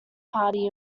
party